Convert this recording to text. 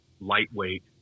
lightweight